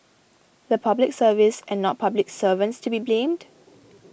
the Public Service and not public servants to be blamed